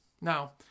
Now